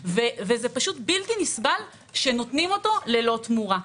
בלתי נסבל שנותנים אותו ללא תמורה.